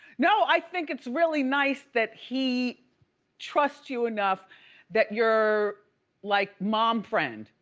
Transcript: no, i think it's really nice that he trusts you enough that you're like mom friend,